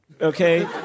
Okay